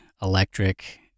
electric